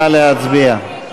נא להצביע.